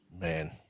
man